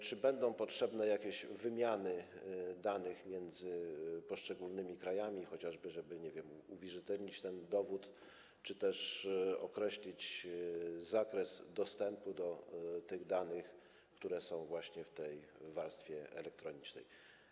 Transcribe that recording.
Czy będzie potrzebna jakaś wymiana danych między poszczególnymi krajami chociażby po to, żeby, nie wiem, uwierzytelnić ten dowód czy też określić zakres dostępu do tych danych, które są w tej warstwie elektronicznej?